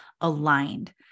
aligned